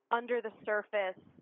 under-the-surface